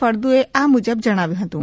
ફળદુએ આ મુજબ જણાવ્યુ હતુ